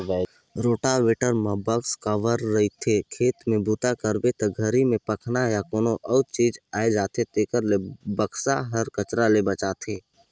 rotavator म box cover रहिथे, खेत में बूता करबे ते घरी में पखना या कोनो अउ चीज आये जाथे तेखर ले बक्सा हर कचरा ले बचाथे